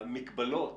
המגבלות